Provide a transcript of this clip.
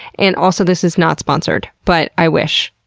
and also, this is not sponsored, but i wish.